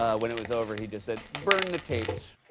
ah when it was over, he just said, burn the tapes.